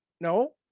No